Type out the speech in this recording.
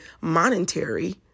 monetary